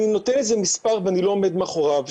אני נותן לזה מספר ואני לא עומד מאחוריו,